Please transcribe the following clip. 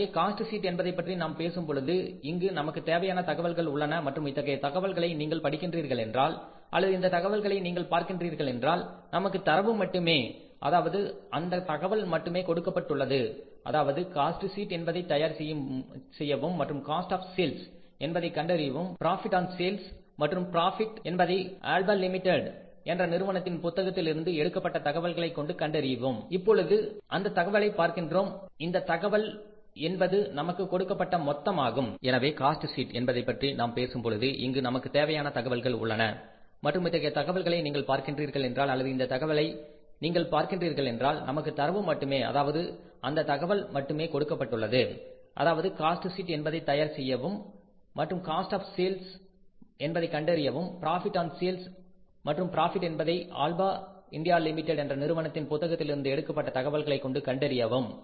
எனவே cost sheet என்பதைப்பற்றி நாம் பேசும்பொழுது இங்கு நமக்குத் தேவையான தகவல்கள் உள்ளன மற்றும் இத்தகைய தகவல்களை நீங்கள் படிக்கிறீர்கள் என்றால் அல்லது இந்த தகவலை நீங்கள் பார்க்கின்றீர்கள் என்றால் நமக்கு தரவு மட்டுமே அதாவது அந்த தகவல் மட்டுமே கொடுக்கப்பட்டுள்ளது அதாவது காஸ்ட் ஷீட் என்பதை தயார் செய்யவும் மற்றும் காஸ்ட் ஆப் சேல்ஸ் என்பதை கண்டறியவும் ப்ராபிட் ஆன் சேல்ஸ் மற்றும் ப்ராபிட் என்பதை ஆல்பா இந்தியா லிமிடெட் என்ற நிறுவனத்தின் புத்தகத்தில் இருந்து எடுக்கப்பட்ட தகவல்களை கொண்டு கண்டறியவும்